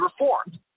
reformed